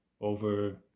over